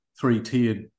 three-tiered